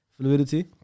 fluidity